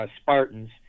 Spartans